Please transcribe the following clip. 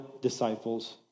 disciples